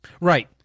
Right